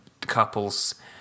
couples